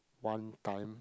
one time